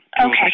Okay